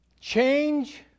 Change